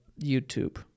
YouTube